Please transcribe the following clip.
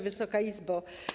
Wysoka Izbo!